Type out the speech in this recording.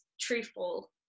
truthful